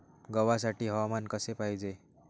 गव्हासाठी हवामान कसे पाहिजे?